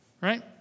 right